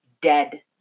dead